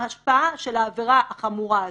ההשפעה של העבירה החמורה הזאת,